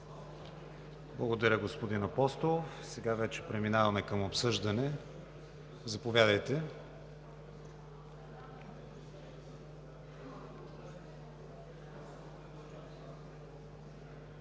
Благодаря, господин Апостолов. Преминаваме към обсъждане. Заповядайте.